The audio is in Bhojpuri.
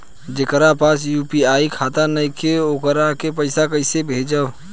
जेकरा पास यू.पी.आई खाता नाईखे वोकरा के पईसा कईसे भेजब?